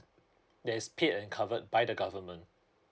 that is paid and covered by the government